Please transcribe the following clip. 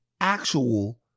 actual